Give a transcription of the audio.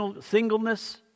singleness